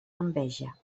enveja